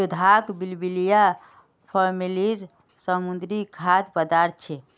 जोदाक बिब्लिया फॅमिलीर समुद्री खाद्य पदार्थ छे